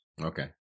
okay